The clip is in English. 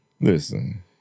listen